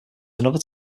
another